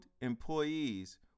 employees